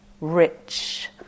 rich